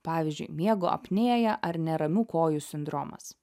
pavyzdžiui miego apnėja ar neramių kojų sindromas